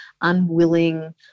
unwilling